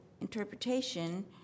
interpretation